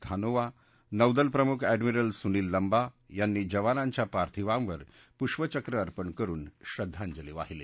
धानोआ नौदल प्रमुख अँडमिरल सुनिल लन्बा यांनी जवानांच्या पार्थिवांवर पुष्पचक्र अर्पण करुन श्रद्धांजली वाहिली